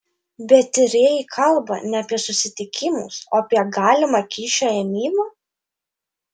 bet tyrėjai kalba ne apie susitikimus o apie galimą kyšio ėmimą